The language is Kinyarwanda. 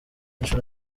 inshuro